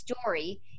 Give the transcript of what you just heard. story